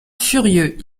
furieux